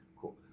cool